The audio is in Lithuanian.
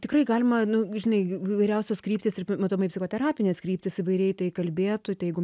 tikrai galima nu žinai įvairiausios kryptys ir matomai psichoterapinės kryptys įvairiai tai kalbėtų tai jeigu